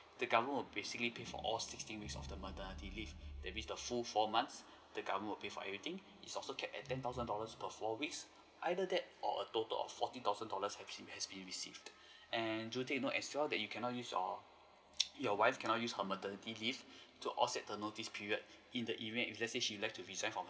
the government will basically pay for all sixteen week of the maternity leave that means the full four months the goverment will pay for everything it's also capped at ten thousand dollars per four weeks either that or a total of forty thousand dollars have be received and do take note as well that you cannot use your your wife cannot use her maternity leave to offset the notice period in the event if let's say she would like to resign from